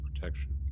protection